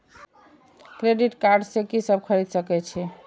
Credit card से की सब खरीद सकें छी?